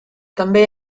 també